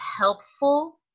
helpful